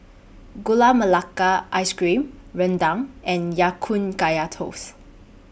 Gula Melaka Ice Cream Rendang and Ya Kun Kaya Toast